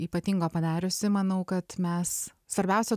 ypatingo padariusi manau kad mes svarbiausia